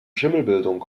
schimmelbildung